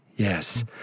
Yes